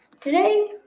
Today